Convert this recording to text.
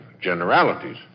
generalities